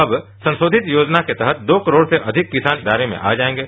अब संसोधित योजना के तहत दो करोड़ से अधिक किसान दायरे में आ जायेगें